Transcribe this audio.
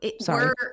sorry